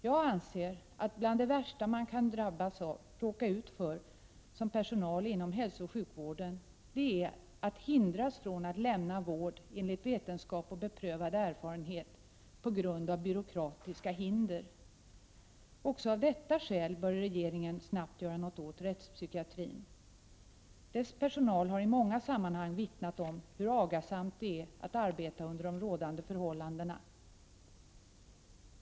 Jag anser att 47 bland det värsta man som anställd inom hälsooch sjukvården kan råka ut för är att hindras från att lämna vård enligt vetenskap och beprövad erfarenhet på grund av byråkratiska hinder. Också av detta skäl bör regeringen snabbt göra något åt rättspsykiatrin. Dess personal har i många sammanhang vittnat om hur agasamt det är att arbeta under de rådande förhållandena.